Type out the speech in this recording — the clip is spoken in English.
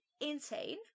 Insane